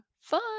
fun